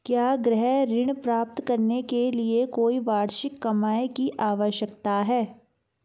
क्या गृह ऋण प्राप्त करने के लिए कोई वार्षिक कमाई की आवश्यकता है?